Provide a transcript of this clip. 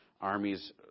Armies